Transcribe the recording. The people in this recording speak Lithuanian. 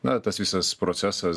na tas visas procesas